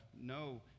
no